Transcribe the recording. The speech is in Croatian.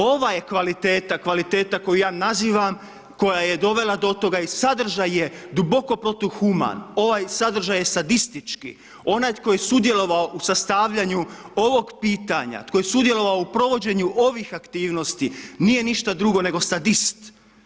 Ova je kvaliteta, kvaliteta koju ja nazivam, koja je dovela do toga i sadržaj je duboko protuhuman, ovaj sadržaj je sadistički, onaj tko je sudjelovao u sastavljanju ovog pitanja, tko je sudjelovao u provođenju ovih aktivnosti, nije ništa drugo nego sadist.